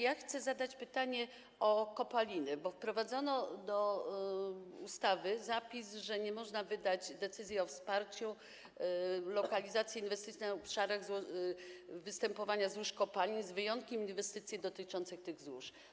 Ja chcę zadać pytanie o kopaliny, bo wprowadzono do ustawy zapis, że nie można wydać decyzji o wsparciu lokalizacji inwestycji na obszarach występowania złóż kopalin z wyjątkiem inwestycji dotyczących tych złóż.